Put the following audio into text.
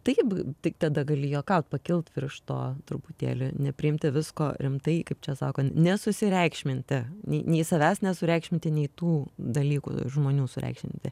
taip tik tada gali juokaut pakilt virš to truputėlį nepriimti visko rimtai kaip čia sakant nesusireikšminti nei nei savęs nesureikšminti nei tų dalykų žmonių sureikšminti